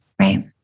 right